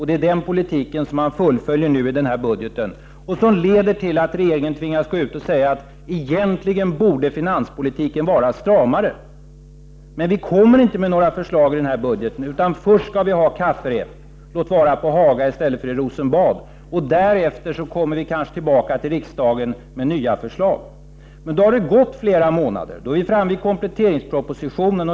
Det är den politiken som man nu fullföljer i denna budget och som leder till att regeringen tvingas gå ut och säga att finanspolitiken egentligen borde vara stramare men att man inte kommer med några förslag i denna budget utan att vi först skall ha kafferep — låt vara på Haga i stället för i Rosenbad — och därefter kommer man kanske tillbaka till riksdagen med nya förslag. Men då har det gått flera månader, och vi är framme vid kompletteringspropositionen.